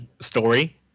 story